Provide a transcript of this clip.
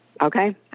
Okay